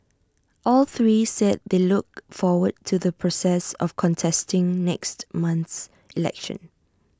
all three said they look forward to the process of contesting next month's election